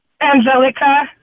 Angelica